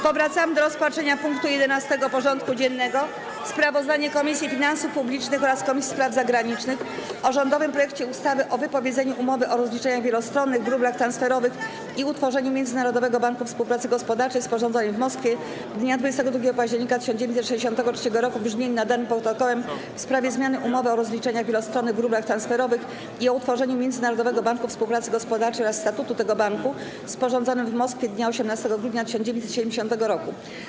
Powracamy do rozpatrzenia punktu 11. porządku dziennego: Sprawozdanie Komisji Finansów Publicznych oraz Komisji Spraw Zagranicznych o rządowym projekcie ustawy o wypowiedzeniu Umowy o rozliczeniach wielostronnych w rublach transferowych i o utworzeniu Międzynarodowego Banku Współpracy Gospodarczej, sporządzonej w Moskwie dnia 22 października 1963 r., w brzmieniu nadanym Protokołem w sprawie zmiany Umowy o rozliczeniach wielostronnych w rublach transferowych i o utworzeniu Międzynarodowego Banku Współpracy Gospodarczej oraz Statutu tego Banku, sporządzonym w Moskwie dnia 18 grudnia 1970 r.